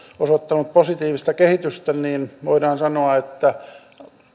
osoittanut positiivista kehitystä niin voidaan sanoa että